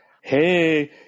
hey